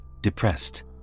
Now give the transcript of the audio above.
depressed